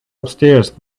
upstairs